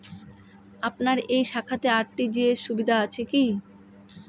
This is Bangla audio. আপনার এই শাখাতে আর.টি.জি.এস সুবিধা আছে কি?